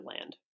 land